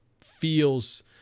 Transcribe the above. feels